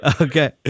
Okay